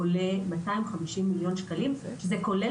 עולה 250 מיליון שקלים כי זה כולל